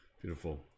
Beautiful